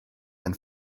and